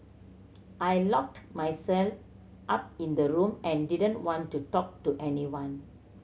I locked myself up in the room and didn't want to talk to anyone